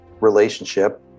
relationship